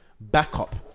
backup